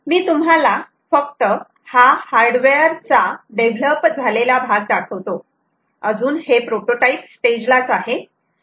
मी तुम्हाला फक्त हा हार्डवेअर चा डेव्हलप झालेला भाग दाखवतो अजून हे प्रोटोटाइप स्टेज लाच आहे